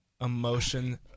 emotion